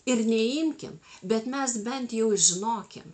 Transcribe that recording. ir neimkim bet mes bent jau žinokim